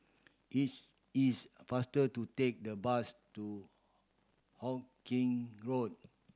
it's is faster to take the bus to Hawkinge Road